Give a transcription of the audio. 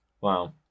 Wow